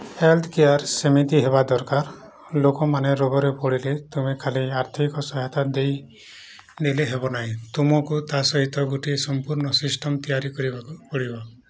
health care ସେମିତି ହେବା ଦରକାର ଲୋକମାନେ ରୋଗରେ ପଡ଼ିଲେ ତୁମେ ଖାଲି ଆର୍ଥିକ ସହାୟତା ଦେଇଦେଲେ ହେବ ନାହିଁ ତୁମକୁ ତା ସହିତ ଗୋଟିଏ ସମ୍ପୂର୍ଣ୍ଣ ସିଷ୍ଟମ୍ ତିଆରି କରିବାକୁ ପଡ଼ିବ